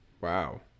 Wow